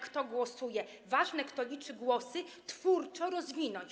kto głosuje, ważne, kto liczy głosy, twórczo rozwinąć.